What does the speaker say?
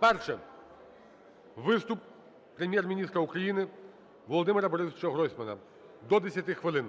Перше: виступ Прем'єр-міністра України Володимира Борисовича Гройсмана, до 10 хвилин.